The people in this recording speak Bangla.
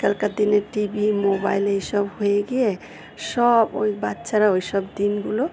আজকালকার দিনে টি ভি মোবাইল এইসব হয়ে গিয়ে সব ওই বাচ্চারা ওই সব দিনগুলো